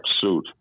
suit